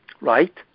right